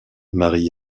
marie